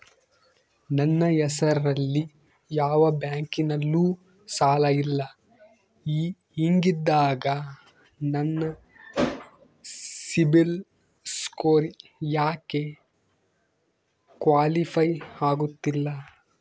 ನನ್ನ ಹೆಸರಲ್ಲಿ ಯಾವ ಬ್ಯಾಂಕಿನಲ್ಲೂ ಸಾಲ ಇಲ್ಲ ಹಿಂಗಿದ್ದಾಗ ನನ್ನ ಸಿಬಿಲ್ ಸ್ಕೋರ್ ಯಾಕೆ ಕ್ವಾಲಿಫೈ ಆಗುತ್ತಿಲ್ಲ?